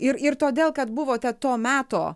ir ir todėl kad buvote to meto